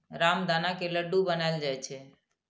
रामदाना के लड्डू बनाएल जाइ छै